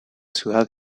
ciudad